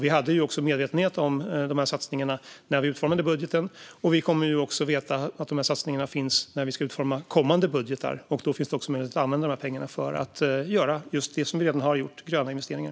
Vi var medvetna om satsningarna när vi utformade budgeten, och vi kommer att veta att satsningarna finns när vi ska utforma kommande budgetar. Då finns möjlighet att använda pengarna för att göra det vi redan har gjort, nämligen gröna investeringar.